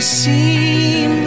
seem